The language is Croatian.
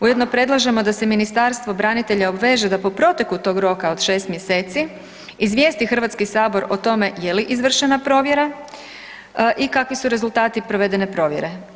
Ujedno predlažemo da se Ministarstvo branitelja obveže da po proteku tog roka od 6 mjeseci izvijesti Hrvatski sabor o tome je li izvršena provjera i kakvi su rezultati provedene provjere.